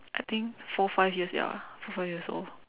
I think four five years ya four five years old